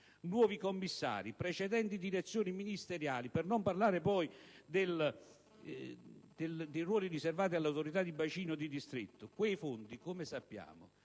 nuovi commissari e precedenti direzioni ministeriali, per non parlare poi del ruolo indefinito riservato alle autorità di bacino o di distretto. Quei fondi, come sappiamo,